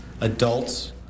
adults